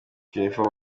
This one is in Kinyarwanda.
jennifer